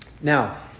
now